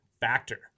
Factor